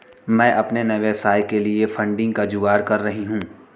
मैं अपने नए व्यवसाय के लिए फंडिंग का जुगाड़ कर रही हूं